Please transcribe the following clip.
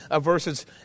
verses